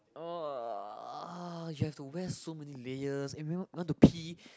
oh ah you have to wear so many layers and when you want to pee